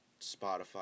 Spotify